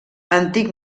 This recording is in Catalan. antic